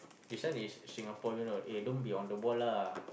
this one is Singapore you know eh don't be on the ball lah